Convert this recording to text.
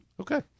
okay